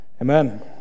Amen